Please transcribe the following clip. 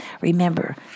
Remember